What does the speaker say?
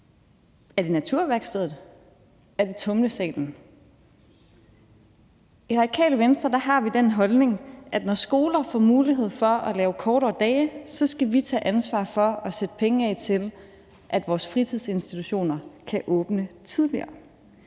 Er det naturværkstedet? Er det tumlesalen? I Radikale Venstre har vi den holdning, at når skolerne får mulighed for at lave kortere dage, skal vi tage ansvar for at sætte penge af til, at vores fritidsinstitutioner kan åbne tidligere.